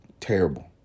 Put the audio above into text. Terrible